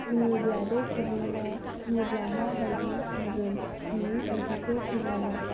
बुङोब्ला बे सुबुङा बुङोब्ला माबायदि जागोन बेनि ओंथिखौ फोरमायनाय